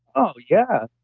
oh yeah.